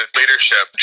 leadership